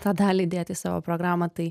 tą dalį dėt į savo programą tai